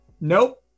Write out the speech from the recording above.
nope